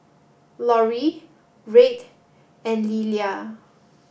Lori Red and Lillia